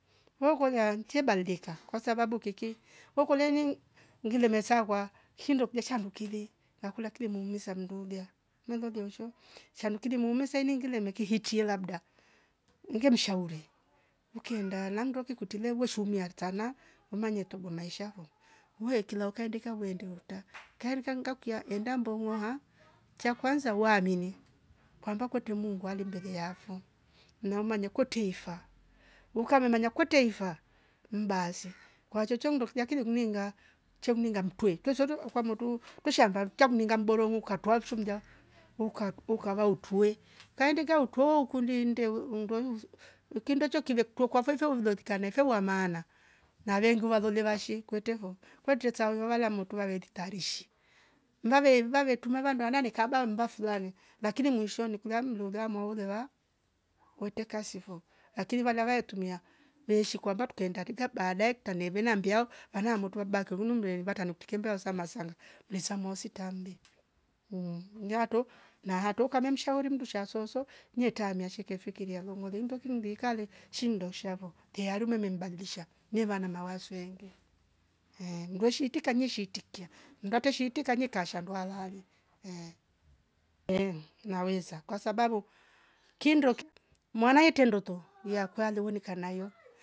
Weukolia nche badilika kwasabau kiki wekolia nying ngile mesakwa hindo kile shandu kile na kula kile muumiza mndolia mmelolia usho sha mkili muume saingili mekihichia labda ngemshauri mkienda lamndoki kutile weshumia artana umanye tobo maisha vo, uwe kila ukaindi kavo yende horta kaerka ngakia enda mbongwa ha cha kwanza waamini kwamba mungu ali mbere yafo nau manye kwete hifa ukamemanya kwete hifa mmbasi kwa chocho ndokija yakini mmninga che mmnimga mtwe kesweto kwa motu tushamba mta mninga mboronuku kwatua shumja uka- ukava utwe kaenda utwa ukundi nde undeweyu ukindocha kive kutwa kwa fefe ulekta kanefe wa maana na venguya lole vashi kwete vo, kwete chauya valomo motu wale titashiri mvave vave tuma vanda ni kamba mba fulani lakini mwishoni kula mlula maule wa kwete kasi fo lakini vana waele tumia yeishi kwamba tukaenda kika baadae ktaneva mbiao mana motuwa baki hunumbe vata nuktembia wasama sanga mrisa mosi tamle mhh nyato na hato ukamia mndu shasosos nyetamia she fikiria longo lindoki mvikale shindo shavo teyari ummembadlisha neva na mawazu wenge ehh, mgoshi shiitika nyeshitika ndwate shiitika kanye kashandwa lali naweza kwa sabau kindokim mwana ete ndoto uya kwale wonika nayo